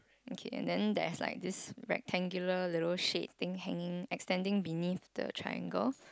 okay and then there's like this rectangular little shape thing hanging extending beneath the triangle